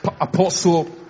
Apostle